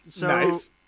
Nice